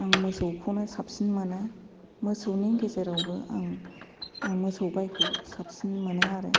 आं मोसौखौनो साबसिन मोनो मोसौनि गेजेरावबो आं मोसौ गायखौ साबसिन मोनो आरो